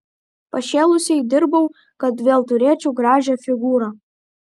pašėlusiai dirbau kad vėl turėčiau gražią figūrą